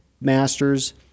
masters